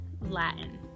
Latin